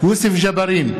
יוסף ג'בארין,